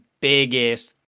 biggest